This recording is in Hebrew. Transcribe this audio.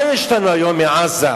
מה יש לנו היום מעזה?